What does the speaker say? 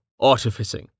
Artificing